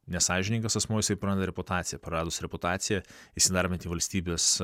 nesąžiningas asmuo jisai praranda reputaciją praradus reputaciją įsidarbinti valstybės